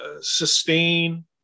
sustain